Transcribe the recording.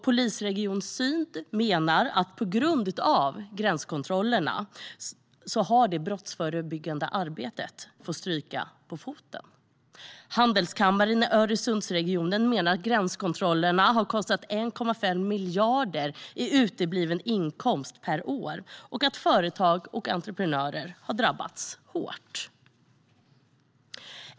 Polisregion Syd menar att på grund av gränskontrollerna har det brottsförebyggande arbetet fått stryka på foten. Handelskammaren i Öresundsregionen menar att gränskontrollerna har kostat 1,5 miljarder i utebliven inkomst per år och att företag och entreprenörer har drabbats hårt.